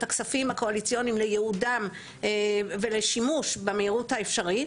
הכספים הקואליציוניים לייעודם ולשימוש במהירות האפשרית.